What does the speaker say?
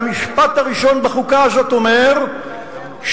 והמשפט הראשון בחוקה הזאת אומר שהחוק